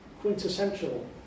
quintessential